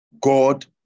God